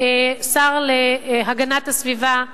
השר להגנת הסביבה,